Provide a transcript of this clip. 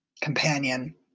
companion